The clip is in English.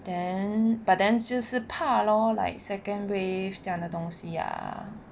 then but then 就是怕 lor like second wave 这样的东西呀